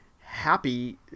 happy